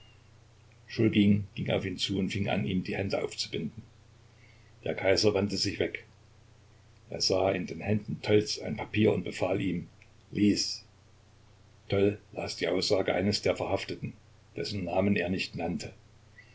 ging auf ihn zu und fing an ihm die hände aufzubinden der kaiser wandte sich weg er sah in den händen tolls ein papier und befahl ihm lies toll las die aussage eines der verhafteten dessen namen er nicht nannte